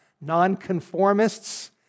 nonconformists